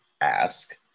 ask